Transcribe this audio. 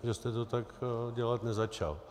Že jste to tak dělat nezačal.